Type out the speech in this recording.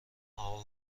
اقا